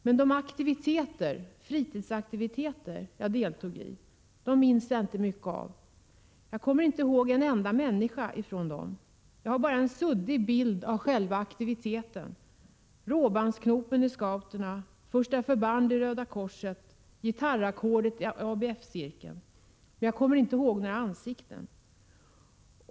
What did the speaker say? Men de fritidsaktiviteter som jag deltog i minns jag inte mycket av. Jag kommer inte ihåg en enda av de människor som deltog i aktiviteterna. Jag har bara en suddig bild av själva aktiviteten — råbandsknopen i scouterna, kunskaperna om första förband i Röda korset, gitarrackorden i ABF-cirkeln. Jag kommer alltså inte ihåg några ansikten.